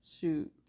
Shoot